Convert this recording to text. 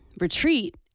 retreat